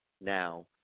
now